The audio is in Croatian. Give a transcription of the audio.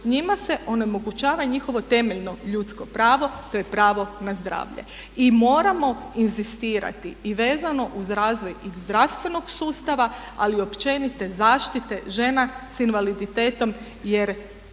njima se onemogućava i njihovo temeljno ljudsko pravo, to je pravo na zdravlje. I moramo inzistirati i vezano uz razvoj i zdravstvenog sustava ali i općenite zaštite žena sa invaliditetom jer